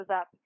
up